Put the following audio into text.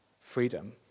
freedom